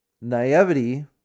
naivety